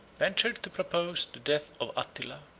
ventured to propose the death of attila,